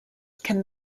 can